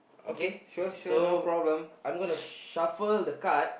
okay so I'm gonna shuffle the card